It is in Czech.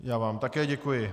Já vám také děkuji.